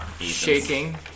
shaking